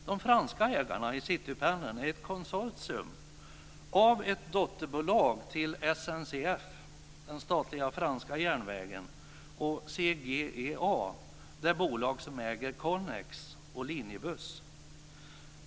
De franska ägarna i Citypendeln är ett konsortium av ett dotterbolag till SNCF, den statliga franska järnvägen, och CGEA, det bolag som äger Connex och Linjebuss.